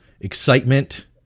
excitement